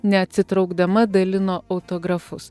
neatsitraukdama dalino autografus